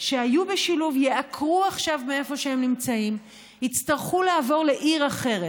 שהיו בשילוב ייעקרו עכשיו מאיפה שהם נמצאים ויצטרכו לעבור לעיר אחרת.